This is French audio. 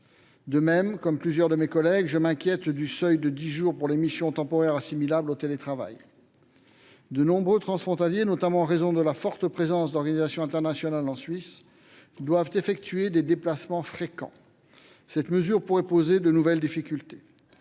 Comme plusieurs de mes collègues, je m’inquiète également de la fixation à dix jours de la durée maximale des missions temporaires assimilables à du télétravail. De nombreux transfrontaliers, notamment en raison de la forte présence d’organisations internationales en Suisse, doivent effectuer des déplacements fréquents. Cette mesure pourrait donc poser de nouvelles difficultés.